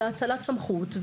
האצלת סמכות,